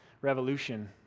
revolution